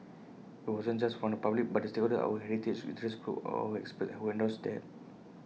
IT wasn't just from the public but the stakeholders our heritage interest groups our experts who endorsed that